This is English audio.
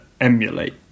emulate